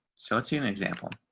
so let's see and an example.